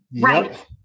Right